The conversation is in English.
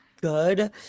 good